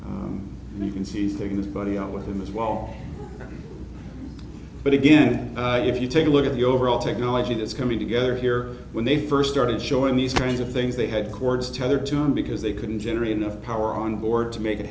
and you can see he's taking the body out with him as well but again if you take a look at the overall technology that's coming together here when they first started showing these kinds of things they had cords tethered to him because they couldn't generate enough power on board to make it